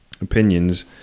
opinions